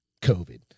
COVID